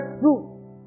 fruits